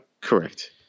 Correct